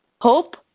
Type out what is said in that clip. Hope